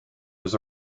was